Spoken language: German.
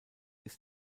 ist